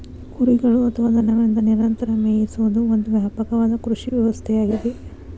ಕುರಿಗಳು ಅಥವಾ ದನಗಳಿಂದ ನಿರಂತರ ಮೇಯಿಸುವುದು ಒಂದು ವ್ಯಾಪಕವಾದ ಕೃಷಿ ವ್ಯವಸ್ಥೆಯಾಗಿದೆ